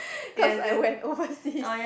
cause I went overseas